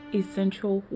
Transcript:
essential